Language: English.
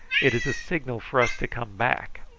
it is a signal for us to come back.